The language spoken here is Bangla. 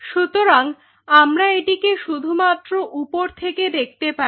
সুতরাং আমরা এটিকে শুধুমাত্র উপর থেকে দেখতে পারি